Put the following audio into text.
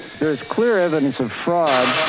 there's clear evidence of fraud